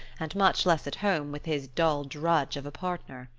and much less at home with his dull drudge of a partner.